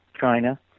China